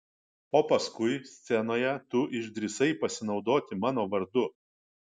o paskui scenoje tu išdrįsai pasinaudoti mano vardu